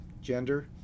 gender